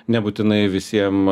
nebūtinai visiem